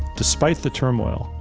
despite the turmoil,